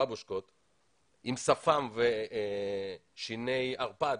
בבושקות, עם שפם ושיני ערפד